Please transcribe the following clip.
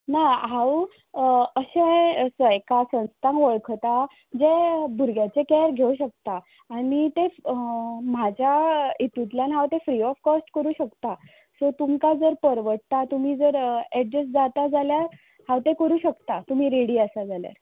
ना हांव अशें स हेका संस्थांक वळखता जें भुरग्याचें कॅर घेवंक शकता आनी तें म्हज्या हितुंतल्यान हांव तें फ्री ऑफ कॉस्ट करूंक शकता सो तुमकां जर परवडटा तुमी जर एडजस जाता जाल्यार हांव तें करूं शकता तुमी रेडी आसा जाल्यार